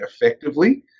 effectively